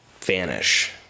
vanish